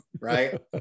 Right